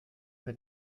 mit